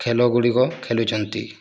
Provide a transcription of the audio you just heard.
ଖେଳଗୁଡ଼ିକ ଖେଳୁଛନ୍ତି